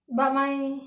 but my